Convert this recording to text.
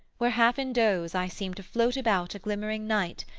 where half in doze i seemed to float about a glimmering night,